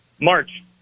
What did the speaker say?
March